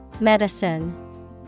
Medicine